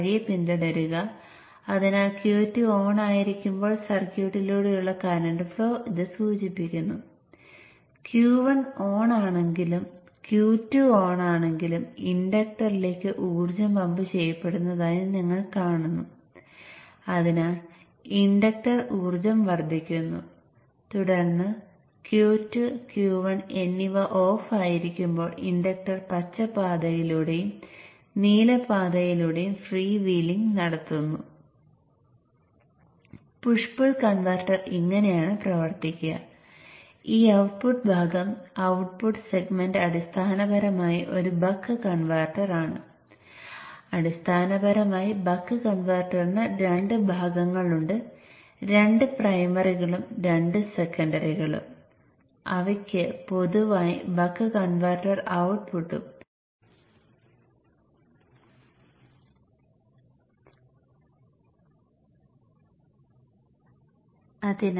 വീണ്ടും നിങ്ങൾ nVin 2 പോളിൽ ദൃശ്യമാകുന്നതും ഇൻഡക്റ്റർ ഓപ്പറേഷന്റെ ചാർജുകൾ പുഷ് പുൾ സെക്കൻഡറി വശങ്ങൾക്ക് സമാനമായി പുഷ് പുൾ സെക്കൻഡറി കോൺഫിഗറേഷനുമായി സാമ്യമുള്ളതായി കാണാം